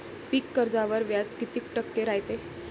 पीक कर्जावर व्याज किती टक्के रायते?